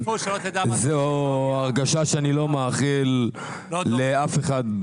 זו הרגשה שאני לא מאחל לאף אחד.